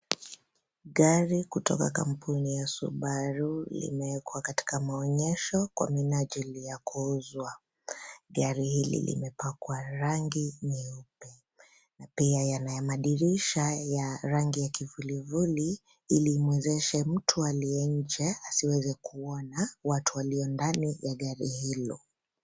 Gari kutoka kampuni ya cs[subaru]cs limewekwa katika maonyesho kwa minajili ya kuuzwa. Gari hili limepakwa rangi nyeupe na pia yana madirisha ya rangi ya kivulivuli ili imwezeshe mtu aliye nje asiweze kuona watu walio ndani ya gari hilo.